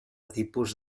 tipus